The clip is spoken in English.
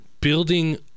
building